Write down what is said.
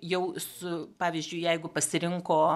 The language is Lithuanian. jau su pavyzdžiui jeigu pasirinko